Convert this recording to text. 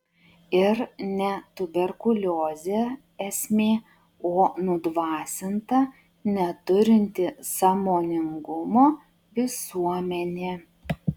ir ne tuberkuliozė esmė o nudvasinta neturinti sąmoningumo visuomenė